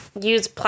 use